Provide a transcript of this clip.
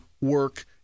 work